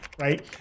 right